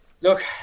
Look